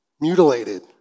mutilated